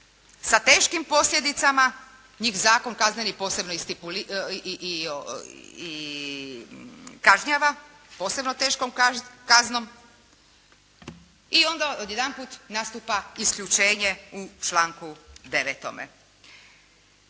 sa teškim posljedicama, njih Zakon kazneni posebno i kažnjava posebno teškom kaznom. I onda odjedanput nastupa isključenje u članku 9.